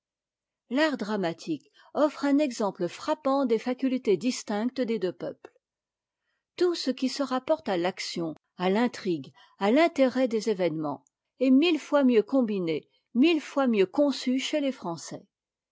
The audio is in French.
l'art dramatique offre un exemple frappant des facultés distinctes des deux peuples tout ce qui se rapporte à l'action à t'intrigue à l'intérêt des événements est mille fois mieux combiné mille fois mieux conçu chez les français